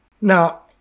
Now